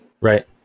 right